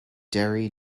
derry